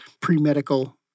pre-medical